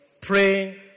praying